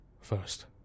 first